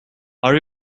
are